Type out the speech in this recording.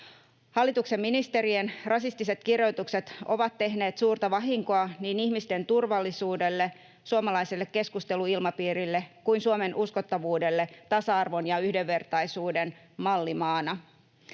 Hallituksen ministerien rasistiset kirjoitukset ovat tehneet suurta vahinkoa niin ihmisten turvallisuudelle, suomalaiselle keskusteluilmapiirille kuin Suomen uskottavuudelle tasa-arvon ja yhdenvertaisuuden mallimaana.